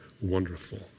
wonderful